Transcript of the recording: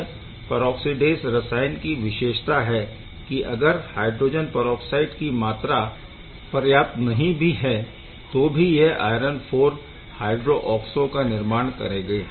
यह परऑक्सीडेस रसायन की विशेषता है की अगर हायड्रोजन परऑक्साइड की मात्रा पर्याप्त नहीं भी है तो भी यह आयरन IV हय्ड्रो ऑक्सो का निर्माण करेंगे